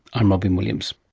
i'm robyn williams.